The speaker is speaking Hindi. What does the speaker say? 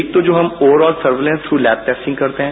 एक तो जो हम overall surveillance through lab testing करते हैं